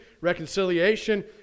reconciliation